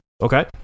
Okay